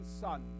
Son